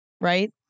right